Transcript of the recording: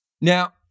Now